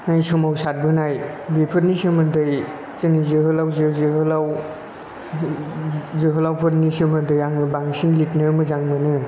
सोमावसारबोनाय बेफोरनि सोमोन्दै जोंनि जोहोलावजो जोहोलाव जोहोलावफोरनि सोमोन्दै आङो बांसिन लिरनो मोजां मोनो